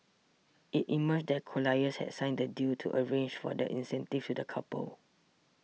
it emerged that Colliers had signed the deal to arrange for the incentive to the couple